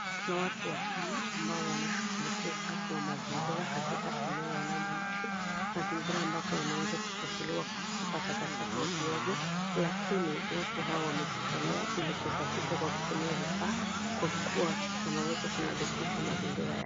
Tunaona watu watano ambao wanashughulikia usafi wa mazingira katika eneo wanamoishi. Mazingira ambapo yameweza kuchafuliwa kwa kutupa takataka ovyo, ovyo, lakini watu hawa wamejitolea ili kusafisha kwa kutumia vifaa kwa kuwa wanaweza kunadhifisha mazingira.